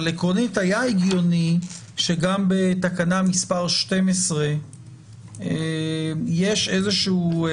אבל עקרונית היה הגיוני שגם בתקנה מס' 12 או ב-16,